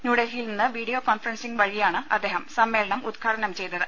ന്യൂഡൽഹിയിൽ നിന്ന് video conferencing വഴിയാണ് അദ്ദേഹം സമ്മേളനം ഉദ്ഘാ ടനം ചെയ്തത്